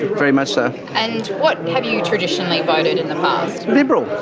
very much so. and what have you traditionally voted in the past? liberal.